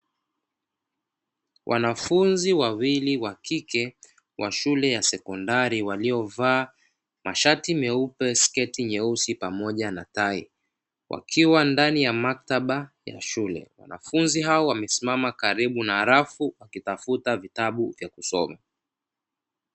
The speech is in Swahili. Wanafunzi wawili wa kike wa shule ya sekondari waliovaa mashati meupe, sketi nyeusi pamoja na tai, wakiwa ndani ya maktaba ya shule. Wanafunzi hao wamesimama karibu na rafu wakitafuta vitabu vya kusoma.